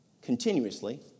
Continuously